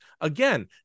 again